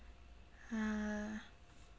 ah